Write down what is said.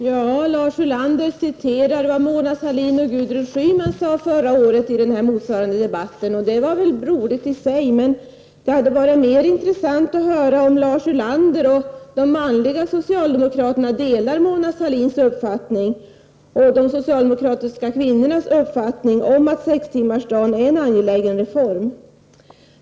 Fru talman! Lars Ulander citerade vad Mona Sahlin och Gudrun Schyman sade förra året i motsvarande debatt. Det var ju roligt i sig. Men det hade varit mer intressant att höra om Lars Ulander och de manliga socialdemokraterna delar Mona Sahlins och de socialdemokratiska kvinnornas uppfattning att sextimmarsdagen är en angelägen reform.